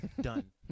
Done